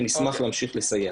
ונשמח להמשיך לסייע.